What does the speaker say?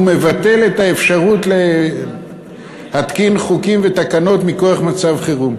הוא מבטל את האפשרות להתקין חוקים ותקנות מכוח מצב חירום,